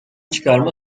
çıkarma